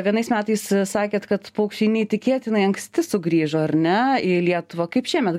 vienais metais sakėt kad paukščiai neįtikėtinai anksti sugrįžo ar ne į lietuvą kaip šiemet